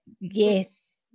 yes